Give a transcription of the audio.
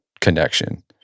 connection